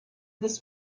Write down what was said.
this